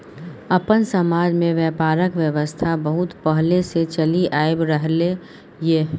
अपन समाज में ब्यापारक व्यवस्था बहुत पहले से चलि आइब रहले ये